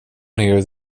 near